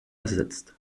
ersetzt